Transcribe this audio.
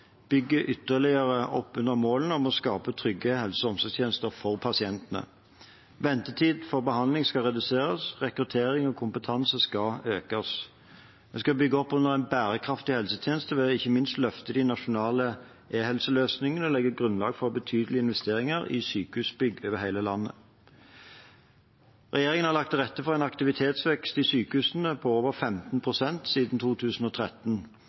bygge opp under en bærekraftig helsetjeneste ved ikke minst å løfte de nasjonale e-helseløsningene og legge et grunnlag for betydelige investeringer i sykehusbygg over hele landet. Regjeringen har lagt til rette for en aktivitetsvekst i sykehusene på over 15 pst. siden 2013,